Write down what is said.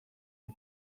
nie